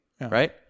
right